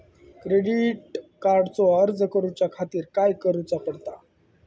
Credit कार्डचो अर्ज करुच्या खातीर काय करूचा पडता?